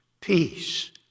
peace